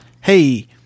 Hey